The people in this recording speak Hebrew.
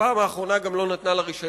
בפעם האחרונה היא גם לא נתנה לה רשיון,